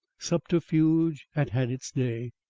subterfuge had had its day.